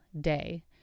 day